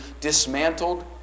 dismantled